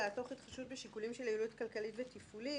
עלה פה העניין של "תוך התחשבות בשיקולים של יעילות כלכלית ותפעולית".